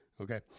okay